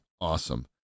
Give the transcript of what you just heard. awesome